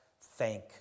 thank